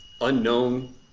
unknown